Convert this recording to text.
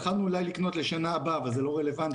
יכולנו אולי לקנות לשנה הבאה, אבל זה לא רלוונטי.